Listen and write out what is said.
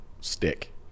stick